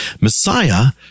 Messiah